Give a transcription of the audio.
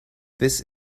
this